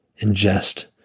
ingest